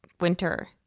winter